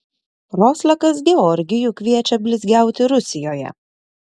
roslekas georgijų kviečia blizgiauti rusijoje